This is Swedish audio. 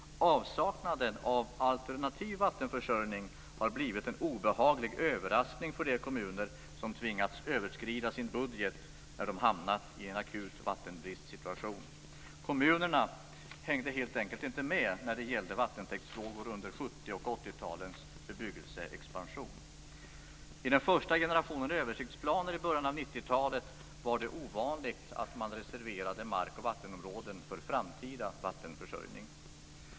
Avsaknaden av alternativ vattenförsörjning har blivit en obehaglig överraskning för de kommuner som tvingats överskrida sin budget när de hamnat i en akut vattenbristsituation. Kommunerna hängde helt enkelt inte med när det gällde vattentäktsfrågor under 70 och 80-talens bebyggelseexpansion. I den första generationen översiktsplaner i början av 90-talet var det ovanligt att man reserverade mark och vattenområden för framtida vattenförsörjning.